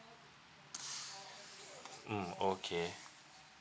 mm okay